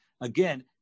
again